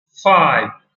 five